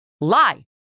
Lie